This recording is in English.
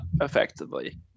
effectively